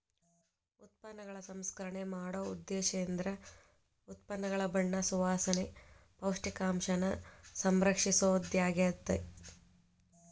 ಉತ್ಪನ್ನಗಳ ಸಂಸ್ಕರಣೆ ಮಾಡೊ ಉದ್ದೇಶೇಂದ್ರ ಉತ್ಪನ್ನಗಳ ಬಣ್ಣ ಸುವಾಸನೆ, ಪೌಷ್ಟಿಕಾಂಶನ ಸಂರಕ್ಷಿಸೊದಾಗ್ಯಾತಿ